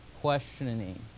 questioning